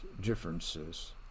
differences